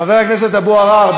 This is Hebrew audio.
חבר הכנסת אבו עראר,